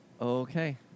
Okay